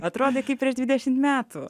atrodė kaip prieš dvidešimt metų